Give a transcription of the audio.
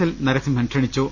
L Narasimhan ക്ഷണിച്ചു